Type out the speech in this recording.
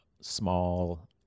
small